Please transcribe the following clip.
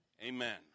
Amen